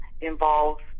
involves